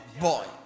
Boy